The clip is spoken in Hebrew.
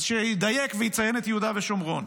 אז שידייק ויציין את יהודה ושומרון.